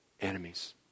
enemies